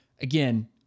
Again